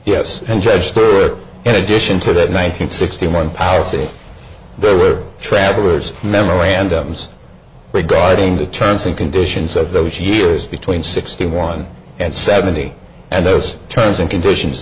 yes and judge for in addition to that nine hundred sixty one policy there were travelers memorandums regarding the terms and conditions of those years between sixty one and seventy and those terms and conditions